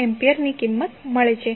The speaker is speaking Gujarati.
8A ની કિંમત મળે છે